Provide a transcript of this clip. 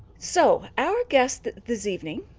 so our guest this evening